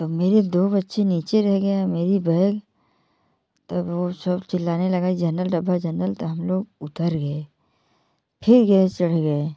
तो मेरे दो बच्चे नीचे रह गए मेरी बैग तब वो सब चिल्लाने लगा जेनरल डब्बा है जेनरल तो हम लोग उतर गए फिर गए चढ़ गए